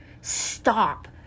stop